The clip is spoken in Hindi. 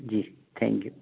ji thank you